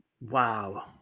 Wow